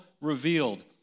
revealed